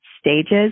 stages